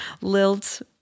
lilt